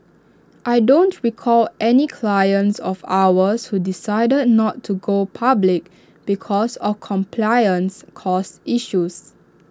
I don't recall any clients of ours who decided not to go public because of compliance costs issues